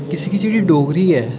किसी किसी जेह्ड़ी डोगरी ऐ